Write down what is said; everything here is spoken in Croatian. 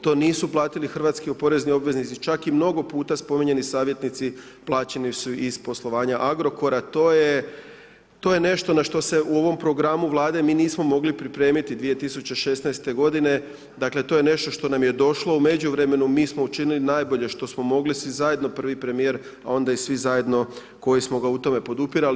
To nisu platili hrvatski porezni obveznici čak i mnogo puta spominjani savjetnici plaćeni su iz poslovanja Agrokora, to je nešto na što se u ovom programu Vlade mi nismo mogli pripremiti 2016. dakle, to je nešto što je nam je došlo u međuvremenu, mi smo učinili nabolje što smo mogli, svi zajedno, prvi premjer, a onda i svi zajedno, koji smo ga u tome podupirali.